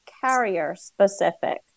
carrier-specific